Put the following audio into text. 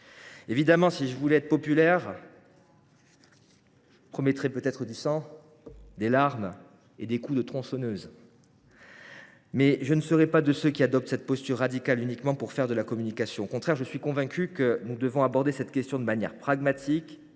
Évidemment, si je voulais être populaire, je vous promettrais du sang, des larmes et des coups de tronçonneuse. Mais je ne suis pas de ceux qui adoptent des postures radicales à des fins de communication. Au contraire, je suis convaincu que nous devons aborder cette question de manière pragmatique,